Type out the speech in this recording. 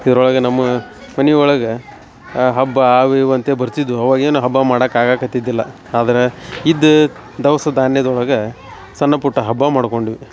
ಇದ್ರೊಳಗೆ ನಮ್ಮ ಮನೆ ಒಳಗೆ ಆ ಹಬ್ಬ ಆವು ಇವು ಅಂತೇಳಿ ಬರ್ತಿದ್ವು ಅವಾಗೇನು ಹಬ್ಬ ಮಾಡಾಕೆ ಆಗಾಕೆ ಹತ್ತಿದ್ದಿಲ್ಲ ಆದ್ರ ಇದ್ದ ದವಸ ಧಾನ್ಯದೊಳಗ ಸಣ್ಣ ಪುಟ್ಟ ಹಬ್ಬ ಮಾಡ್ಕೊಂಡ್ವಿ